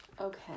Okay